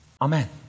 Amen